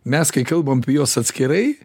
mes kai kalbam apie juos atskirai